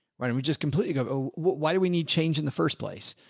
right. and we just completely go, oh, why do we need change in the first place?